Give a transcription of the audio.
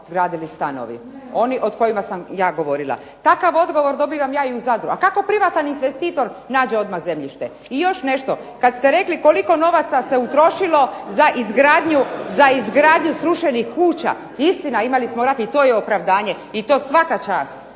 gradili stanovi oni o kojima sam ja govorila. Takav odgovor ja dobivam i u Zadru. A kako privatan investitor nađe odmah zemljište? I još nešto. Kad ste rekli koliko novaca se utrošilo za izgradnju srušenih kuća, istina imali smo rat i to je opravdanje i to svaka čast.